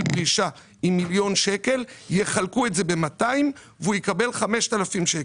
פרישה עם מיליון שקלים יחלקו את זה ב-200 והוא יקבל 5,000 שקלים.